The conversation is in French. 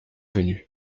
venue